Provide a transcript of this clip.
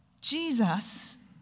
Jesus